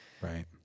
Right